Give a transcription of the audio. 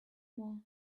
more